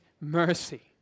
mercy